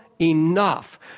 enough